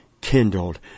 kindled